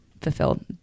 fulfilled